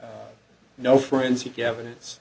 no forensic evidence